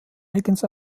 eigens